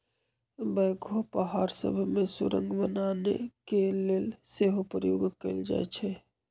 backhoe पहाड़ सभ में सुरंग बनाने के लेल सेहो प्रयोग कएल जाइ छइ